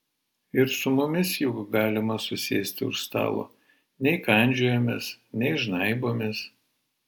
ir su mumis juk galima susėsti už stalo nei kandžiojamės nei žnaibomės